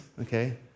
okay